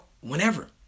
whenever